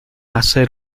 hacer